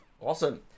Awesome